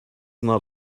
not